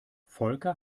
volker